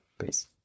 peace